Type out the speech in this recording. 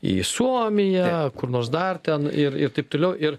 į suomiją kur nors dar ten ir ir taip toliau ir